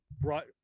brought